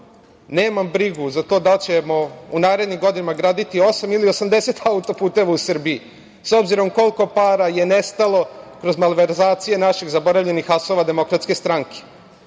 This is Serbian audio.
nemam brigu za to da li ćemo u narednim godinama graditi osam ili 80 autoputeva u Srbiji, s obzirom koliko para je nestalo kroz malverzacije naših zaboravljenih asova DS.Kad kažem